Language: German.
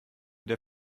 der